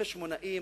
חשמונאים,